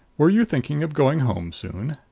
were you thinking of going home soon?